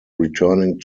returning